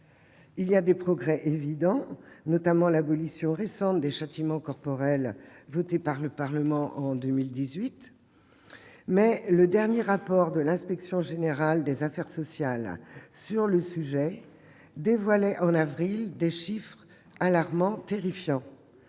Les progrès sont évidents, notamment l'abolition récente des châtiments corporels, votée par le Parlement en 2018. Cependant, le dernier rapport de l'inspection générale des affaires sociales sur le sujet dévoilait en avril des chiffres terrifiants